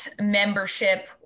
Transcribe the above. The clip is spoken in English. membership